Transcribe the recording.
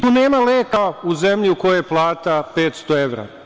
Tu nema leka u zemlji u kojoj je plata 500 evra.